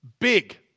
big